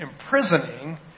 imprisoning